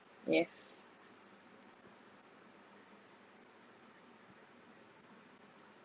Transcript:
yes